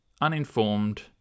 uninformed